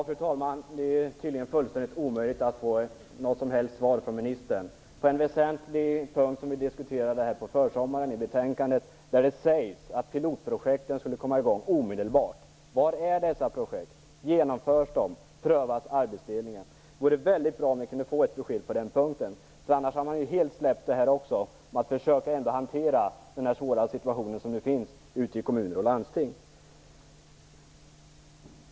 Fru talman! Det är tydligen fullständigt omöjligt att få något som helst svar från ministern. På en väsentlig punkt i betänkandet som vi diskuterade under försommaren sades det att pilotprojekten skulle komma i gång omedelbart. Var är dessa projekt? Genomförs de? Prövas arbetsdelningen? Det vore väldigt bra om vi kunde få ett besked på den punkten. Annars har man ju helt släppt ambitionen att hantera den nuvarande svåra situationen ute i kommuner och landsting.